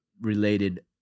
related